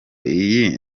iyi